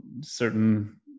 certain